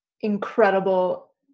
incredible